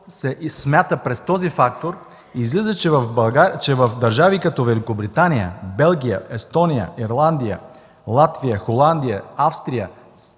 Когато се смята през този фактор, излиза, че държави като Великобритания, Белгия, Естония, Ирландия, Латвия, Холандия, Австрия